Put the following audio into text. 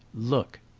look!